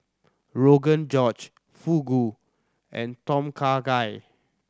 Rogan Josh Fugu and Tom Kha Gai